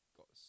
got